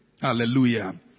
Hallelujah